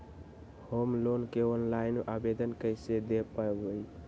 Home loan के online आवेदन कैसे दें पवई?